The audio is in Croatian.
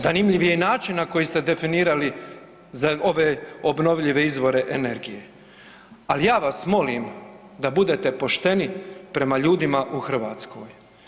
Zanimljiv je i način na koji ste definirali ove obnovljive izvore energije, ali ja vas molim da budete pošteni prema ljudima u Hrvatskoj.